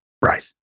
Bryce